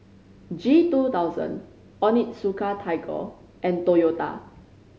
G two thousand Onitsuka Tiger and Toyota